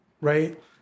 Right